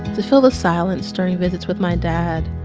to fill the silence during visits with my dad,